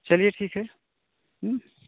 चलिए ठीक है